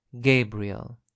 Gabriel